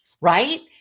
right